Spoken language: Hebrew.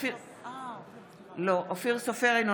אינה